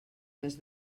més